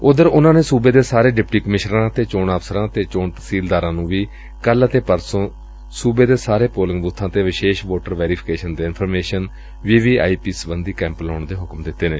ਉਧਰ ਉਨਾ ਨੇ ਸੂਬੇ ਦੇ ਸਾਰੇ ਡਿਪਟੀ ਕਮਿਸ਼ਨਰਾ ਅਤੇ ਚੋਣ ਅਫ਼ਸਰਾਂ ਅਤੇ ਚੋਣ ਤਹਿਸੀਲਦਾਰਾਂ ਨੂੰ ਕੱਲ੍ਹ ਅਤੇ ਪਰਸੋਂ ਨੂੰ ਸੁਬੇ ਦੇ ਸਾਰੇ ਪੋਲਿੰਗ ਬੂਬਾਂ ਉਤੇ ਵਿਸ਼ੇਸ਼ ਵੋਟਰ ਵੈਰੀਫੀਕੇਸ਼ਨ ਐਂਡ ਇਨਫਰਮੇਸ਼ਨ ਵੀਵੀਆਈਪੀਸਬੰਧੀ ਕੈਪ ਲਗਾਉਣ ਦੇ ਹੁਕਮ ਵੀ ਦਿੱਤੇ ਨੇ